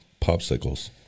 Popsicles